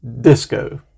disco